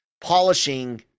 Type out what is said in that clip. polishing